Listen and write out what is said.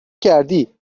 کردی